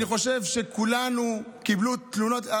אני חושב שכולנו קיבלנו תלונות.